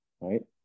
Right